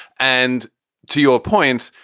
and to your points,